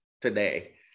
today